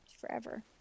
forever